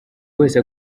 wese